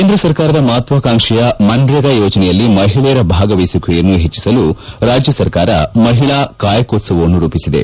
ಕೇಂದ್ರ ಸರಕಾರದ ಮಹತ್ವಕಾಂಕ್ಷೆಯ ಮಕ್ರೇಗಾ ಯೋಜನೆಯಲ್ಲಿ ಮಹಿಳೆಯರ ಭಾಗವಹಿಸುವಿಕೆ ಹೆಚ್ಚಿಸಲು ರಾಜ್ನ ಸರಕಾರ ಮಹಿಳಾ ಕಾಯಕೋತ್ಸವವನ್ನು ರೂಪಿಸಿದೆ